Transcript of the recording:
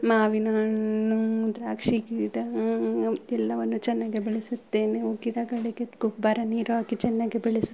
ಮಾವಿನ ಹಣ್ಣು ದ್ರಾಕ್ಷಿ ಗಿಡ ಎಲ್ಲವನ್ನೂ ಚೆನ್ನಾಗಿ ಬೆಳೆಸುತ್ತೇನೆ ಗಿಡಗಳಿಗೆ ಗೊಬ್ಬರ ನೀರು ಹಾಕಿ ಚೆನ್ನಾಗಿ ಬೆಳೆಸುತ್ತೇನೆ